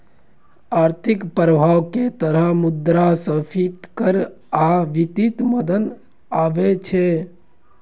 आर्थिक प्रभाव के तहत मुद्रास्फीति कर आ वित्तीय दमन आबै छै